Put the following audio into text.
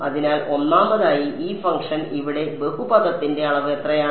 അതിനാൽ ഒന്നാമതായി ഈ ഫംഗ്ഷൻ ഇവിടെ ബഹുപദത്തിന്റെ അളവ് എത്രയാണ്